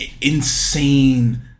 insane